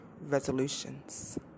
resolutions